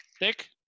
Dick